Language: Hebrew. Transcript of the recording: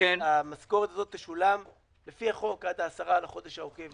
המשכורת הזאת תשולם לפי החוק עד העשירי בחודש העוקב,